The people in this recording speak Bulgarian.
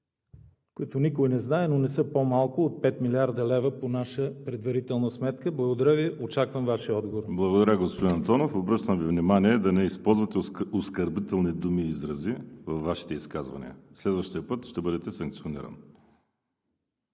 които никой не знае, но не са по-малко от 5 млрд. лв. по наша предварителна сметка? Благодаря Ви. Окачвам Вашия отговор. ПРЕДСЕДАТЕЛ ВАЛЕРИ СИМЕОНОВ: Благодаря, господин Антонов. Обръщам Ви внимание да не използвате оскърбителни думи и изрази във Вашите изказвания. Следващия път ще бъдете санкциониран.